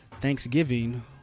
Thanksgiving